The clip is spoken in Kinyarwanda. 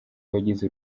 wagize